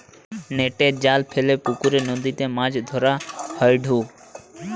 নেটের জাল ফেলে পুকরে, নদীতে মাছ ধরা হয়ঢু